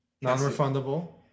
Non-refundable